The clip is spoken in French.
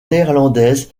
néerlandaise